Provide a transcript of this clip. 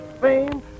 fame